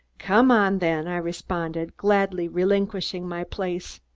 come on, then, i responded, gladly relinquishing my place.